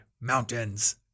mountains